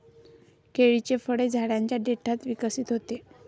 केळीचे फळ झाडाच्या देठात विकसित होते